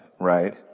Right